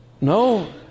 No